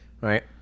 Right